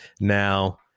now